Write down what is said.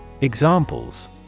Examples